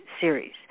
series